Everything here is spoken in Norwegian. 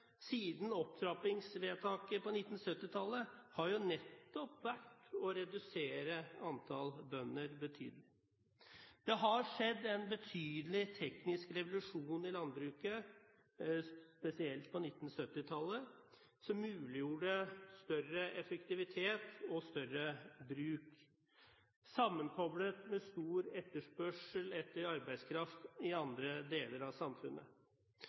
siden opptrappingsvedtaket på 1970-tallet – har jo nettopp vært å redusere antallet bønder betydelig. Det har skjedd en betydelig teknisk revolusjon i landbruket, spesielt på 1970-tallet, som muliggjorde større effektivitet og større bruk, sammenkoblet med stor etterspørsel etter arbeidskraft i andre deler av samfunnet.